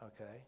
okay